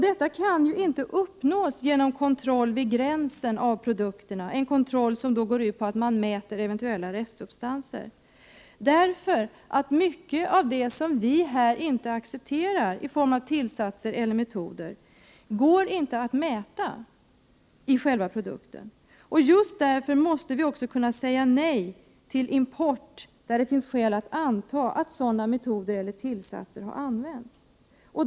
Detta kan inte uppnås genom kontroll vid gränsen av produkterna, en kontroll som går ut på att man mäter eventuella restsubstanser. Mycket av det som vi inte accepterar i form av tillsatser eller metoder går inte att mäta i själva produkten. Just därför måste vi också kunna säga nej till import när det finns skäl att anta att sådana metoder eller tillsatser har använts.